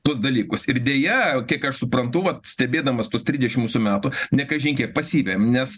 tuos dalykus ir deja kiek aš suprantu vat stebėdamas tuos trisdešim mūsų metų ne kažin kiek pasivejam nes